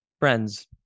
friends